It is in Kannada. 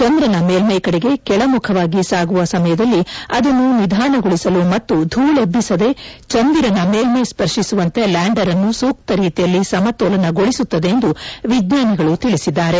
ಚಂದ್ರನ ಮೇಲ್ಲೆ ಕಡೆಗೆ ಕೆಳಮುಖವಾಗಿ ಸಾಗುವ ಸಮಯದಲ್ಲಿ ಅದನ್ನು ನಿಧಾನಗೊಳಿಸಲು ಮತ್ತು ಧೂಳೆಬ್ಬಿಸದೆ ಚಂದಿರನ ಮೈಲ್ಟೈ ಸ್ಪರ್ತಿಸುವಂತೆ ಲ್ಲಾಂಡರ್ ಅನ್ನು ಸೂಕ್ತ ರೀತಿಯಲ್ಲಿ ಸಮತೋಲನಗೊಳಿಸುತ್ತದೆ ಎಂದು ವಿಜ್ಞಾನಿಗಳು ತಿಳಿಸಿದ್ದಾರೆ